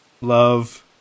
Love